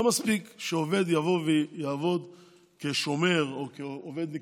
לא מספיק שעובד יעבוד כשומר או כעובד ניקיון,